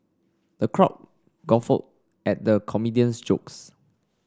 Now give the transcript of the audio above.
the crowd guffawed at the comedian's jokes